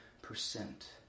Percent